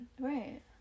Right